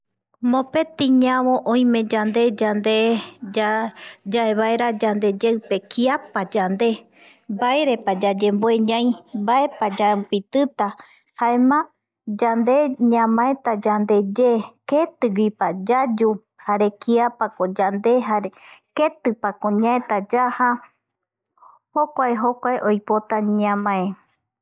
Mopeti ñavo oime yande yandeya yaevaera yandeyeipe kiapa yande mbaerepa yayemboe ñai mbaepa yaupitita jaem aayande ñamaeta yandeye keti guipa yayu jare kiapako yande jare ketipa ñaeta yaja jokuae jokuae oipota ñamae